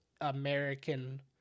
American